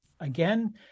again